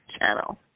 channel